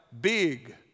big